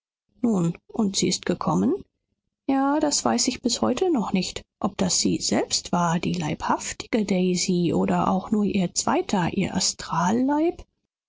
nun und sie ist gekommen ja das weiß ich bis heute noch nicht ob das sie selbst war die leibhaftige daisy oder auch nur ihr zweiter